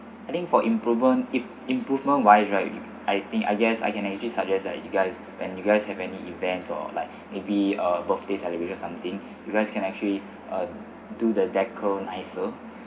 I think for improvement if improvement wise right I think I guess I can actually suggest that you guys when you guys have any event or like maybe a birthday celebration or something you guys can actually uh do the decor nicer